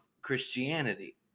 christianity